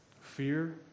Fear